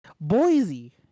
Boise